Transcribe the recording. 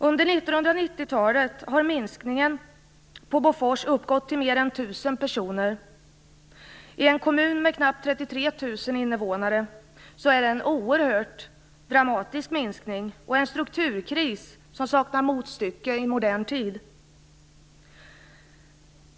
Under 1990-talet har minskningen på Bofors uppgått till mer än 1 000 personer. I en kommun med knappt 33 000 invånare är det en oerhört dramatisk minskning och en strukturkris som saknar motstycke i modern tid.